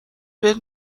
بهت